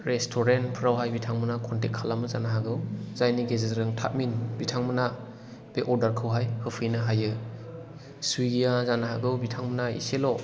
restaurant फोरावहाय बिथांमोना contact खालामो जानो हागौ जायनि गेजेरजों थाबनो बिथांमोना बे अर्दार खौहाय होफैनो हायो सुविगि आ जानो हागौ बिथांमोना एसेल'